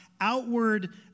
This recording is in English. outward